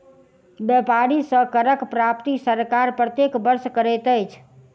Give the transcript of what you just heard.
व्यापारी सॅ करक प्राप्ति सरकार प्रत्येक वर्ष करैत अछि